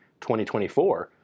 2024